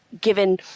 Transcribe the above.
given –